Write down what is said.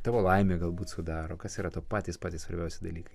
tavo laimę galbūt sudaro kas yra tau patys patys svarbiausi dalykai